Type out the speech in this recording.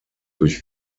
durch